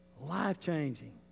life-changing